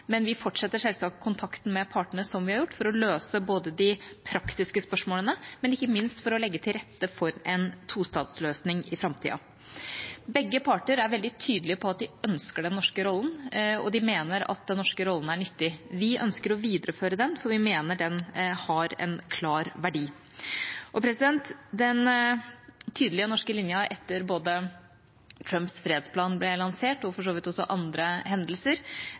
men vi fortsetter selvsagt kontakten med partene, som vi har gjort, både for å løse de praktiske spørsmålene og ikke minst for å legge til rette for en tostatsløsning i framtida. Begge parter er veldig tydelige på at de ønsker den norske rollen, og de mener at den norske rollen er nyttig. Vi ønsker å videreføre den, for vi mener den har en klar verdi. Den tydelige norske linja, både etter at Trumps fredsplan ble lansert, og for så vidt også andre hendelser,